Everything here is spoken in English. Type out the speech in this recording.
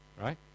Right